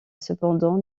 cependant